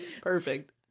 Perfect